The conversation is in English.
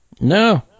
No